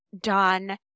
done